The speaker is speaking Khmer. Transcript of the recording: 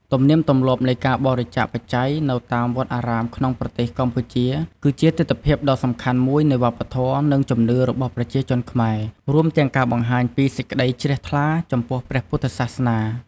ទំនៀមទម្លាប់នៃការបរិច្ចាគបច្ច័យនៅតាមវត្តអារាមក្នុងប្រទេសកម្ពុជា គឺជាទិដ្ឋភាពដ៏សំខាន់មួយនៃវប្បធម៌ និងជំនឿរបស់ប្រជាជនខ្មែរ រួមទាំងការបង្ហាញពីសេចក្តីជ្រះថ្លាចំពោះព្រះពុទ្ធសាសនា។